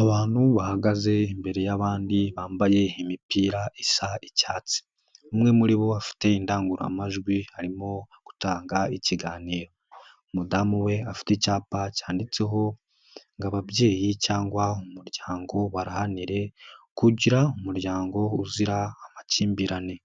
Abantu bahagaze imbere y'abandi bambaye imipira isa icyatsi, umwe muri bo afite indangururamajwi arimo gutanga ikiganiro, umudamu we afite icyapa cyanditseho ngo "ababyeyi cyangwa umuryango baharanire kugira umuryango uzira amakimbirane",